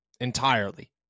entirely